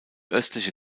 östliche